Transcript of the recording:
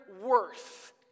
worth